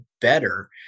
better